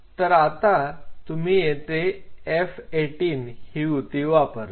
तर आता तुम्ही येथे F18 ही ऊती वापरता